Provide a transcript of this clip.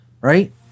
right